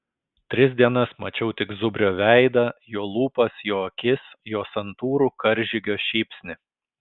tris dienas mačiau tik zubrio veidą jo lūpas jo akis jo santūrų karžygio šypsnį